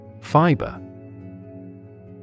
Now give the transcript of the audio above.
Fiber